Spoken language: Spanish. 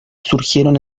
surgieron